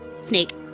snake